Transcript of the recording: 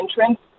entrance